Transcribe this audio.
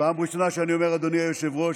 פעם ראשונה שאני אומר "אדוני היושב-ראש",